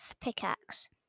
pickaxe